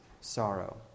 sorrow